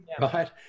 right